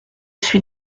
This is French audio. suis